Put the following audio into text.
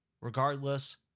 Regardless